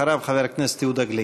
אחריו, חבר הכנסת יהודה גליק.